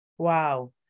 Wow